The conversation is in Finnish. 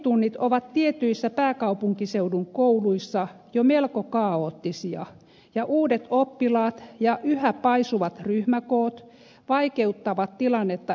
oppitunnit ovat tietyissä pääkaupunkiseudun kouluissa jo melko kaoottisia ja uudet oppilaat ja yhä paisuvat ryhmäkoot vaikeuttavat tilannetta entisestään